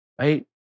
right